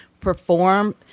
perform